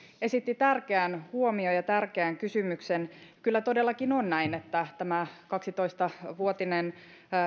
esitti tärkeän huomion ja tärkeän kysymyksen kyllä todellakin on näin että tämä kaksitoista vuotinen